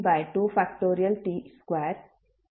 t2 e pt ಮತ್ತು ಹೀಗೆ ಬರೆಯಬಹುದು